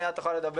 מייד תוכל לדבר.